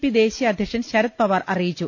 P ദേശീയ അധ്യക്ഷൻ ശരദ് പവാർ അറിയിച്ചു